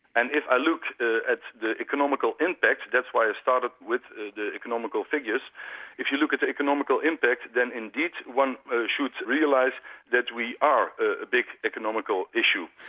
and if i look at the economical impact that's why i started with the economical figures if you look at the economical impact, then indeed one should realise that we are a big economical issue,